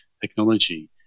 technology